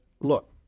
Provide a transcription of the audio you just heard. Look